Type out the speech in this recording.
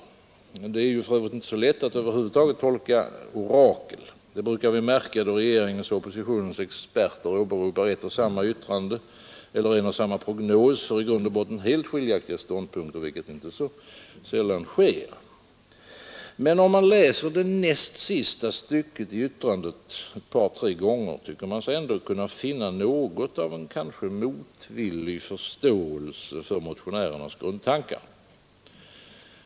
Det är ju för Övrigt inte så lätt att över huvud taget tolka detta orakel. Det brukar vi märka då regeringens och oppositionens experter åberopar ett och samma yttrande eller en och samma prognos för i grund och botten helt skiljaktiga ståndpunkter, vilket inte så sällan sker. Men om man läser det näst sista stycket i yttrandet ett par tre gånger, tycker man sig ändå kunna finna något av en kanske motvillig förståelse för motionärernas grundtankar.